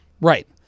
Right